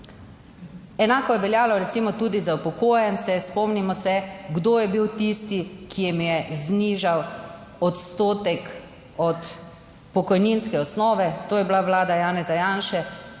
Enako je veljalo recimo tudi za upokojence, spomnimo se, kdo je bil tisti, ki jim je znižal odstotek od pokojninske osnove. To je bila vlada Janeza Janše